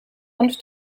und